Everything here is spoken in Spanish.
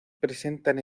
presentan